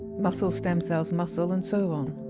muscle stem cells, muscle and so on.